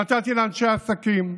שנתתי לאנשי העסקים,